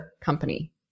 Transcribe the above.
company